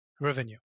revenue